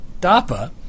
DAPA